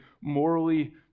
morally